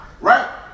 right